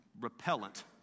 repellent